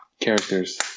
characters